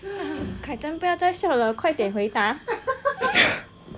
kai zhen 不要再笑了快点回答